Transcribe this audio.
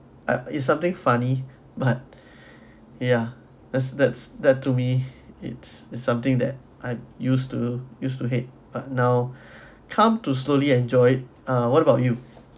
ah it's something funny but yeah that's that's that to me it is something that I used to used to hate but now come to slowly enjoyed it uh what about you